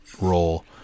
role